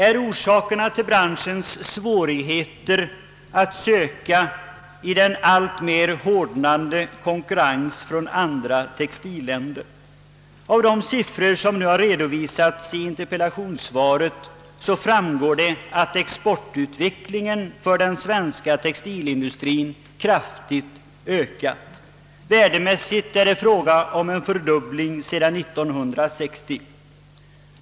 Är orsakerna till branschens svårigheter att söka i den alltmer hårdnande konkurrensen från andra textilländer? Av de siffror som har redovisats i interpellationssvaret framgår att exportutvecklingen för den svenska textilindustrien kraftigt ökat. Värdemässigt är det fråga om en fördubbling sedan 1960.